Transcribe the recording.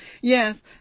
Yes